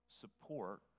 support